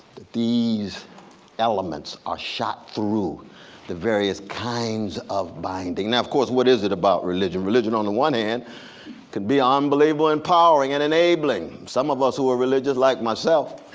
these elements are shot through the various kinds of binding. now of course what is it about religion? religion on the one hand can be um unbelievably empowering and enabling. some of us who are religious, like myself,